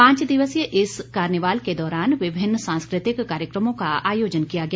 पांच दिवसीय इस कार्निवाल के दौरान विभिन्न सांस् कृतिक कार्यक्रमों का आयोजन किया गया